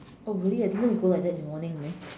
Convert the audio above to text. oh really I didn't know you go like that in the morning man